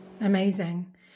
Amazing